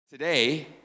Today